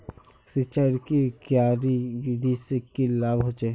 सिंचाईर की क्यारी विधि से की लाभ होचे?